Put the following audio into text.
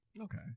Okay